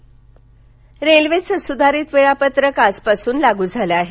railway सधारित वेळापत्रक रेल्वेचं सुधारित वेळापत्रक आजपासून लागू झालं आहे